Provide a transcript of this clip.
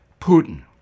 Putin